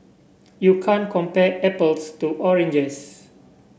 you can't compare apples to oranges